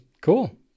Cool